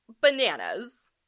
bananas